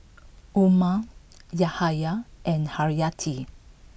Umar Yahaya and Haryati